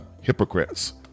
hypocrites